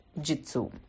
jitsu